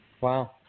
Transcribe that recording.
Wow